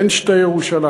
אין שתי ירושלים.